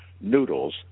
noodles